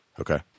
Okay